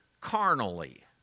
carnally